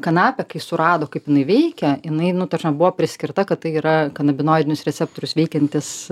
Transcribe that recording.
kanapė kai surado kaip jinai veikia jinai nu ta prasme buvo priskirta kad tai yra kanabinoidinius receptorius veikiantis